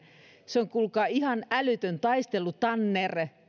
se on kuulkaa ihan älytön taistelutanner